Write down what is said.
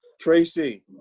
Tracy